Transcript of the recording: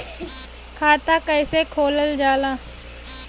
खाता कैसे खोलल जाला?